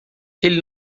ele